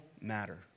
matter